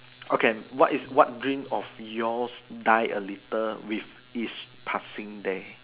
okay what is what dream of yours die a little with each passing day